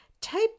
Type